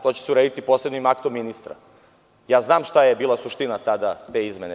To će se urediti posebnim aktom ministra i znam šta je bila suština tada te izmene.